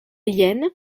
yenne